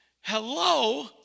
Hello